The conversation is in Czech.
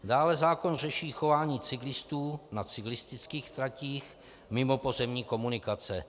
Dále zákon řeší chování cyklistů na cyklistických tratích mimo pozemní komunikace.